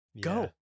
Go